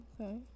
Okay